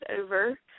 over